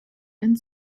and